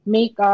Make